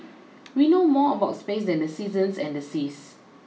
we know more about space than the seasons and the seas